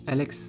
Alex